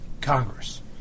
Congress